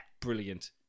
Brilliant